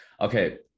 okay